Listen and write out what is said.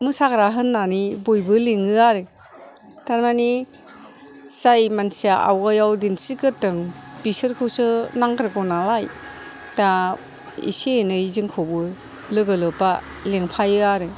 मोसाग्रा होननानै बयबो लिङो आरो थारमानि जाय मानसिया आवगायाव दिन्थिग्रोदों बिसोरखौसो नांग्रोगौ नालाय दा एसे एनै जोंखौबो लोगो लोब्बा लिंफायो आरो